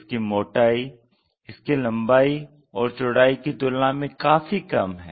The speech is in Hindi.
इसकी मोटाई इसकी लंबाई और चौड़ाई की तुलना में काफी कम है